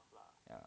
yeah